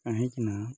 କାହିଁକିନା